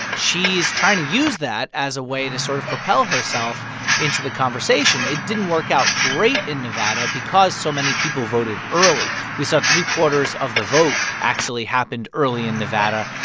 she is trying to use that as a way to sort of propel herself into the conversation. it didn't work out great in nevada because so many people voted early. we saw three-quarters of the vote actually happened early in nevada.